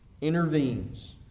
Intervenes